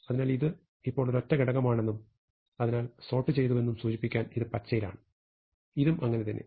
അതിനാൽ ഇത് ഇപ്പോൾ ഒരൊറ്റ ഘടകമാണെന്നും അതിനാൽ സോർട്ട് ചെയ്തുവെന്നും സൂചിപ്പിക്കാൻ ഇത് പച്ചയിലാണ് ഇതും അങ്ങനെതന്നെ